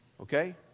okay